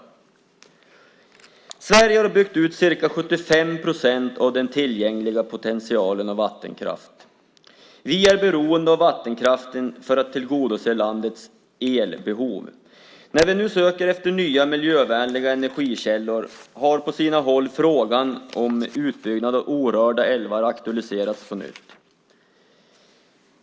Sverige har byggt ut ca 75 procent av den tillgängliga potentialen av vattenkraft. Vi är beroende av vattenkraften för att tillgodose landets elbehov. När vi nu söker efter nya miljövänliga energikällor har på sina håll frågan om utbyggnad av orörda älvar aktualiserats på nytt.